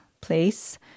place